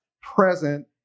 present